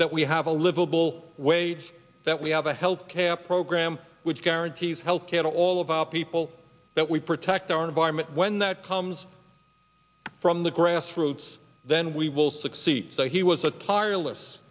that we have a livable wage that we have a health care program which guarantees health care to all of our people that we protect our environment when that comes from the grassroots then we will succeed he was a tire